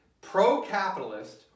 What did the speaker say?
pro-capitalist